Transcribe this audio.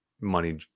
money